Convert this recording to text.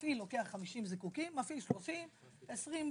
המפעיל לוקח 50 זיקוקין, מפעיל 30. 20,